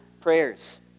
prayers